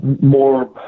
more